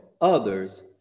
others